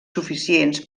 suficients